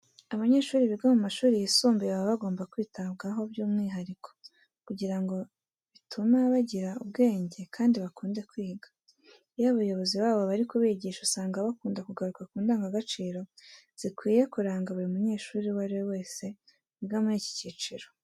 Abanyeshuri biga mu mashuri yisumbuye baba bagomba kwitabwaho by'umwihariko kugira ngo bituma bagira ubwenge kandi bakunde kwiga. Iyo abayobozi babo bari kubigisha usanga bakunda kugaruka ku ndangagaciro zikwiye kuranga buri munyeshuri uwo ari we wese wiga muri iki cyiciro.